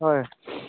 ହଏ